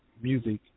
music